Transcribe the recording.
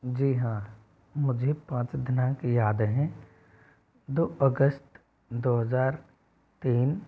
जी हाँ मुझे पाँच दिनांक याद हैं दो अगस्त दो हजार तीन